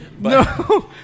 No